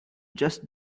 just